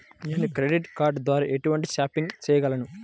నేను credit card ద్వార ఎటువంటి షాపింగ్ చెయ్యగలను?